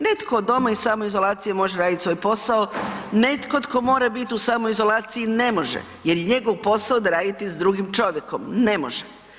Netko od doma iz samoizolacije može radit svoj posao, netko tko mora bit u samoizolaciji ne može jer je njegov posao da radi s drugim čovjekom, ne može.